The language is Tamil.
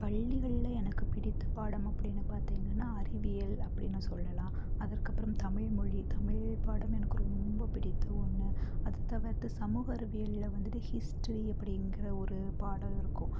பள்ளிகள்ல எனக்கு பிடித்த பாடம் அப்படின்னு பார்த்திங்கன்னா அறிவியல் அப்படின்னு சொல்லலாம் அதற்கப்புறம் தமிழ்மொழி தமிழ் பாடம் எனக்கு ரொம்ப பிடித்த ஒன்று அதை தவிர்த்து சமூகறிவியல்ல வந்துட்டு ஹிஸ்ட்ரி அப்படிங்கிற ஒரு பாடம் இருக்கும்